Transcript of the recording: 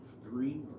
three